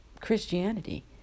Christianity